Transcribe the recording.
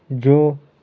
جو